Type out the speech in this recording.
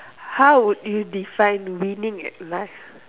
how would you define winning at life